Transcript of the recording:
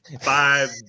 five